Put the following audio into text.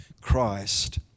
Christ